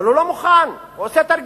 אבל הוא לא מוכן, הוא עושה תרגילים.